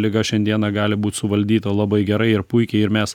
liga šiandieną gali būt suvaldyta labai gerai ir puikiai ir mes